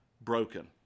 broken